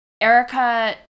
Erica